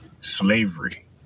slavery